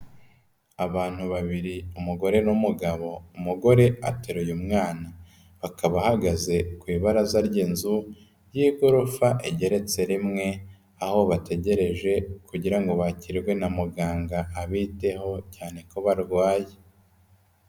Abantu babiri umugore n'umugabo, umugore ateruye umwana akaba ahagaze ku ibaraza ry'inzu y'igorofa igeretse rimwe, aho bategereje kugira ngo bakirwe na muganga abiteho cyane ko barwaye.